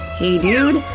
hey dude,